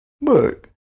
Look